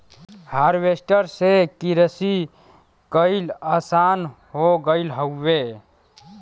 harvester से किरसी कईल आसान हो गयल हौवे